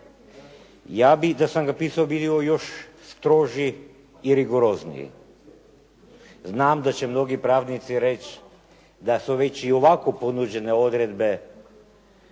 ja bih da sam ga pisao bio još stroži i rigorozniji. Znam da će mnogi pravnici reći da su već i ovako ponuđene odredbe